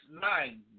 nine